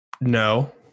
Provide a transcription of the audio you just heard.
No